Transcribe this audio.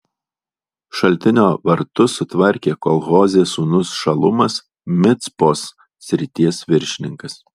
šaltinio vartus sutvarkė kol hozės sūnus šalumas micpos srities viršininkas